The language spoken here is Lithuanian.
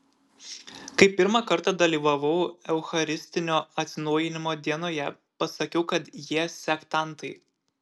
kai pirmą kartą dalyvavau eucharistinio atsinaujinimo dienoje pasakiau kad jie sektantai